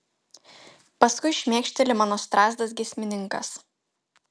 paskui šmėkšteli mano strazdas giesmininkas